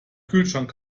kühlschrank